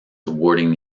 awarding